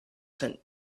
sent